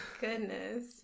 Goodness